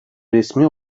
resmi